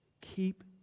Keep